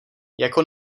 jako